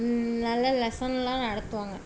நல்லா லெசனெலாம் நடத்துவாங்க